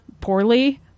poorly